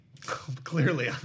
Clearly